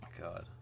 God